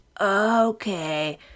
okay